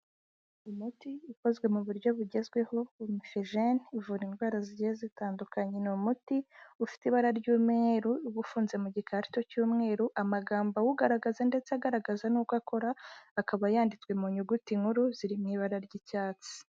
Umuti ukozwe mu buryo bugezweho, omofegene uvura indwara zigiye zitandukanye. Ni umuti ufite ibara ry'umweru, uba ufunze mu gikari cy'umweru, amagambo awugaragaza ndetse agaragaza n'uko ukora akaba yanditswe mu nyuguti nkuru ziri mu ibara ry'icyatsi.